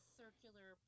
circular